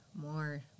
more